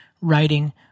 writing